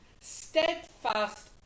steadfast